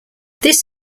this